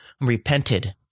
repented